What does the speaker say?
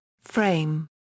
Frame